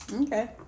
Okay